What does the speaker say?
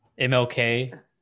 MLK